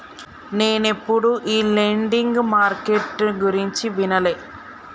నేనెప్పుడు ఈ lending market గురించి వినలే